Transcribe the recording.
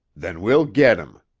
then we'll get him.